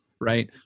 right